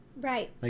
right